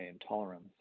intolerance